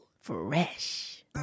Fresh